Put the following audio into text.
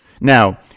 Now